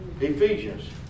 Ephesians